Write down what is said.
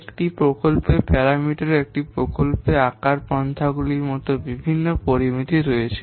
একটি প্রকল্পের প্যারামিটারে একটি প্রকল্পে আকার পন্থাগুলির মতো বিভিন্ন পরামিতি রয়েছে